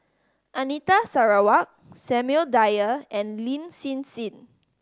Anita Sarawak Samuel Dyer and Lin Hsin Hsin